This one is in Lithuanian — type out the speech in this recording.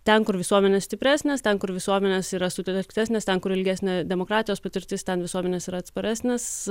ten kur visuomenės stipresnės ten kur visuomenės yra sutelktesnės ten kur ilgesnė demokratijos patirtis ten visuomenės yra atsparesnės